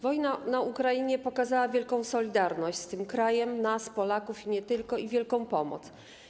Wojna na Ukrainie pokazała wielką solidarność z tym krajem, nas, Polaków, i nie tylko, i wielką pomoc.